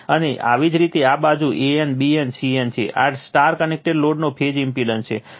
અને આવી જ રીતે આ બાજુ AN BN CN છે આ Y કનેક્ટેડ લોડનો ફેઝ ઇમ્પેડન્સ છે